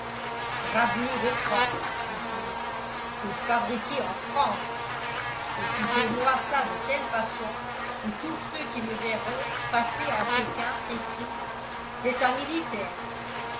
drap bleu de france dit-il et fabriqué en france et coupezmoi ça de telle façon que tous ceux qui me verront passer en pékin s'écrient c'est un militaire